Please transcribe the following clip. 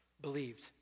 Believed